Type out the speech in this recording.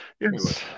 yes